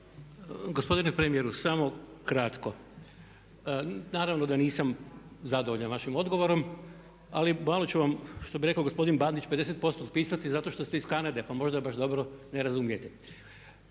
Gospodine premijeru samo kratko. Naravno da nisam zadovoljan vašim odgovorom ali malo ću vam, što bi rekao gospodin Bandić 50% otpisati zato što ste iz Kanade pa možda baš dobro ne razumijete.